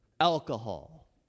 alcohol